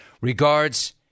Regards